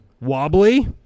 wobbly